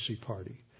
party